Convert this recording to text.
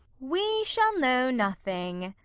we shall know nothing